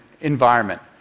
environment